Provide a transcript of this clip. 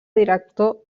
director